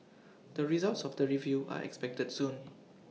the results of the review are expected soon